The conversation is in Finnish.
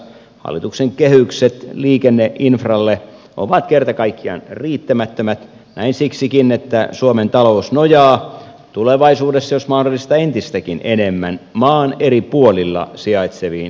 hallituksen kehykset liikenneinfralle ovat kerta kaikkiaan riittämättömät näin siksikin että suomen talous nojaa tulevaisuudessa jos mahdollista entistäkin enemmän maan eri puolilla sijaitseviin luonnonvaroihin